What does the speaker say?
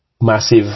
massive